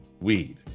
weed